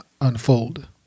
unfold